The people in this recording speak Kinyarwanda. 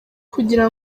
kugira